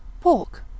pork